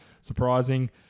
surprising